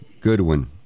goodwin